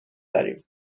داریم